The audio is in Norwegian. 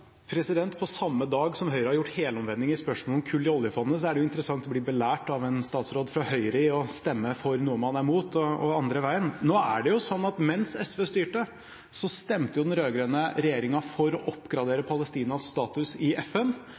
På samme dag som Høyre har gjort helomvending i spørsmålet om kull i oljefondet, er det interessant å bli belært av en statsråd fra Høyre i å stemme for noe man er mot, og andre veien. Nå er det sånn at mens SV var med og styrte, stemte den rød-grønne regjeringen for å oppgradere Palestinas status i FN,